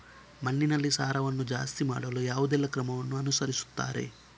ಮಣ್ಣಿನಲ್ಲಿ ಸಾರವನ್ನು ಜಾಸ್ತಿ ಮಾಡಲು ಯಾವುದೆಲ್ಲ ಕ್ರಮವನ್ನು ಅನುಸರಿಸುತ್ತಾರೆ